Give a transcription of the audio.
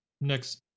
next